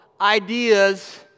ideas